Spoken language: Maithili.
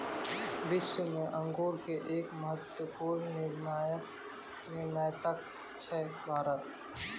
विश्व मॅ अंगूर के एक महत्वपूर्ण निर्यातक छै भारत